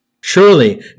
Surely